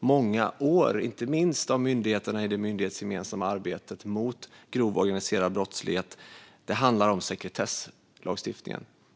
många år, inte minst av myndigheterna i det myndighetsgemensamma arbetet mot grov organiserad brottslighet, nämligen sekretesslagstiftningen.